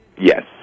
Yes